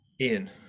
Ian